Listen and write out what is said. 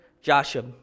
Joshua